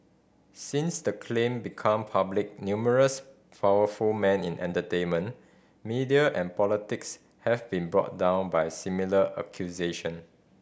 since the claim become public numerous powerful men in entertainment media and politics have been brought down by similar accusation